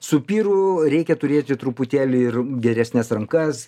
su pyru reikia turėti truputėlį ir geresnes rankas